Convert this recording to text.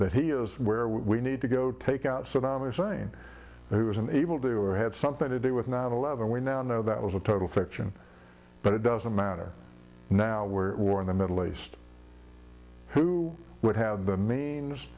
that he is where we need to go take out saddam hussein who is an evil doer had something to do with nine eleven we now know that was a total fiction but it doesn't matter now we're at war in the middle east who would have